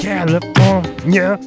California